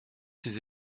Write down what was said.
ses